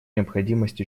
необходимость